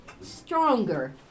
stronger